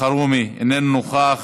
איננו נוכח,